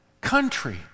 country